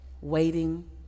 waiting